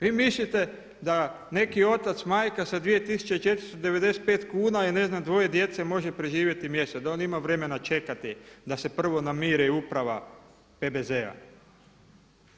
Vi mislite da neki otac, majka sa 2495 kuna i ne znam dvoje djece može preživjeti mjesec, da on ima vremena čekati da se prvo namiri uprava PBZ-a.